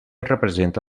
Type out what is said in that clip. representa